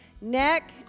neck